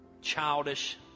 childish